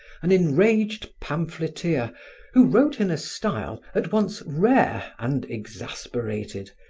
an enraged pamphleteer who wrote in a style at once rare and exasperated,